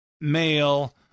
male